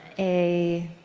a